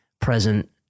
present